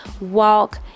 walk